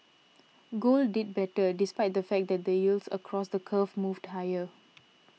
gold did better despite the fact that the yields across the curve moved higher